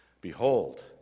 behold